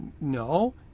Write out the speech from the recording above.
No